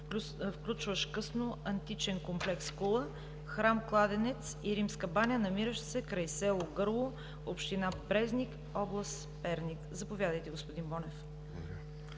включващ „Късноантичен комплекс Кула“, „Храм-кладенец“ и „Римска баня“, намиращи се край село Гърло, община Брезник, област Перник. Заповядайте, господин Бонев.